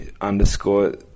underscore